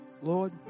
Lord